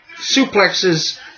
suplexes